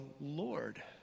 Lord